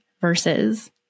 versus